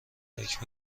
فکر